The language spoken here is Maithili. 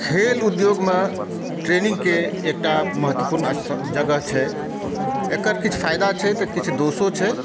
खेल उद्योगमे ट्रेनिंगके एकटा महत्वपूर्ण जगह छै एकर किछु फ़ायदा छै तऽ किछु दोषो छै